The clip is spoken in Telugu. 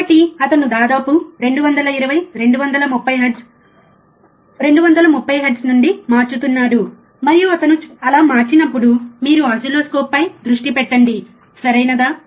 కాబట్టి అతను దాదాపు 220 230 హెర్ట్జ్ 230 హెర్ట్జ్ నుండి మార్చుతున్నాడు మరియు అతను అలా మార్చినప్పుడు మీరు ఓసిల్లోస్కోప్ పై దృష్టి పెట్టండి సరియైనదా